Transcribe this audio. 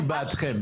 אני בעדכם,